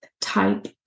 type